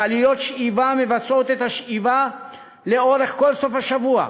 מכליות שאיבה מבצעות את השאיבה לאורך כל סוף השבוע,